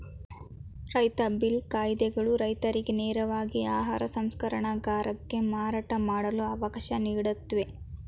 ರೈತ ಬಿಲ್ ಕಾಯಿದೆಗಳು ರೈತರಿಗೆ ನೇರವಾಗಿ ಆಹಾರ ಸಂಸ್ಕರಣಗಾರಕ್ಕೆ ಮಾರಾಟ ಮಾಡಲು ಅವಕಾಶ ನೀಡುತ್ವೆ